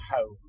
home